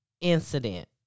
incident